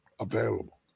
Available